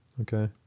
Okay